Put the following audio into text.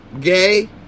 gay